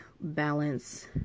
balance